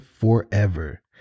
forever